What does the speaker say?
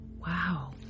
Wow